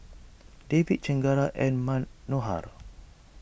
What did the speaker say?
Devi Chengara and Manohar